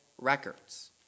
records